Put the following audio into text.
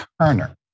Turner